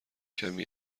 کمی